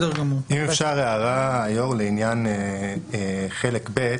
אם אפשר רק הערה לעניין חלק ב'.